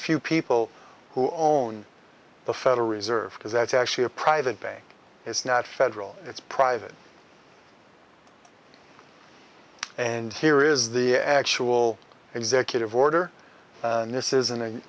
few people who own the federal reserve because that's actually a private bank it's not federal it's private and here is the actual executive order and this is an